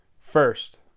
First